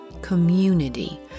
community